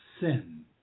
sin